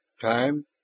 Time